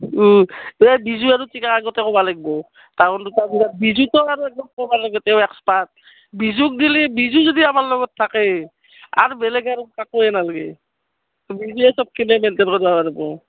এই বিজু আৰু চিকাক আগতে ক'ব লাগিব তাহোঁন দুটা বিজুতো আৰু একদম ক'ব নালাগে তেওঁ এক্সপাৰ্ট বিজুক দিলে বিজু যদি আমাৰ লগত থাকেই আৰু বেলেগ আৰু কাকোৱে নালাগে বিজুৱে চব পিনে মেইনটেইন কৰিব পাৰিব